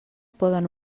poden